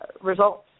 results